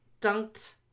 dunked